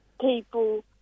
people